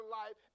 life